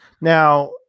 now